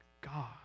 God